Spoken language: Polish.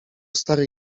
stary